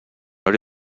oli